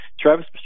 Travis